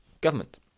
government